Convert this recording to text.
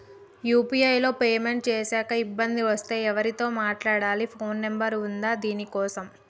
UPI లో payment చేశాక ఇబ్బంది వస్తే ఎవరితో మాట్లాడాలి? ఫోన్ నంబర్ ఉందా దీనికోసం?